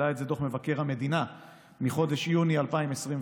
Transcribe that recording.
העלה את זה דוח מבקר המדינה מחודש יוני 2021,